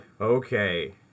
Okay